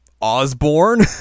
Osborne